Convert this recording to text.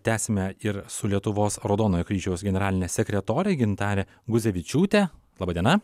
tęsime ir su lietuvos raudonojo kryžiaus generaline sekretore gintare guzevičiūte laba diena